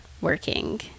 working